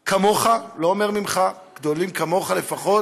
כמוך, לא אומר "ממך"; גדולים כמוך לפחות,